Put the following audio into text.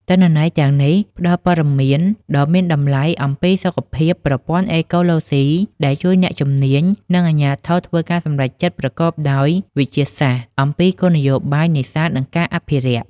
ទិន្នន័យទាំងនេះផ្តល់ព័ត៌មានដ៏មានតម្លៃអំពីសុខភាពប្រព័ន្ធអេកូឡូស៊ី ដែលជួយអ្នកជំនាញ និងអាជ្ញាធរធ្វើការសម្រេចចិត្តប្រកបដោយវិទ្យាសាស្ត្រអំពីគោលនយោបាយនេសាទ និងការអភិរក្ស។